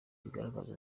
bigaragaza